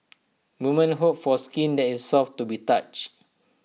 woman hope for skin that is soft to the touch